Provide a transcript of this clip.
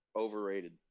Overrated